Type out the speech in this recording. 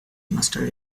master